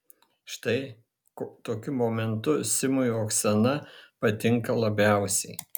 štai tokiu momentu simui oksana patinka labiausiai